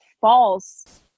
false –